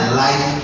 life